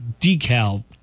decal